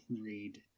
read